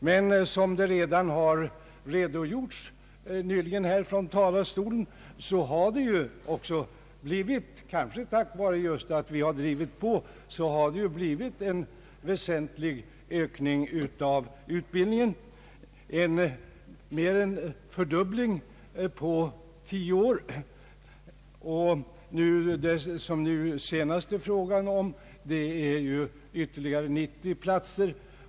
Men som redan nyligen här redogjorts från talarstolen har det också kanske tack vare att vi har drivit på detta blivit en väsentlig ökning av utbildningen — mer än en fördubbling under tio år. Vad det nu senast är fråga om är en ökning med 90 platser.